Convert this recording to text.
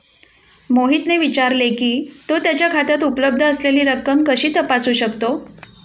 मोहितने विचारले की, तो त्याच्या खात्यात उपलब्ध असलेली रक्कम कशी तपासू शकतो?